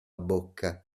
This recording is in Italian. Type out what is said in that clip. bocca